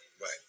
right